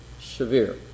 severe